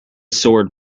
sword